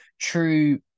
true